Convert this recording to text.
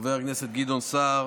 חבר הכנסת גדעון סער